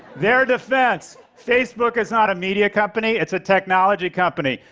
their defense facebook is not a media company it's a technology company.